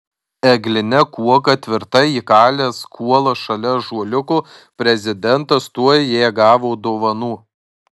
egline kuoka tvirtai įkalęs kuolą šalia ąžuoliuko prezidentas tuoj ją gavo dovanų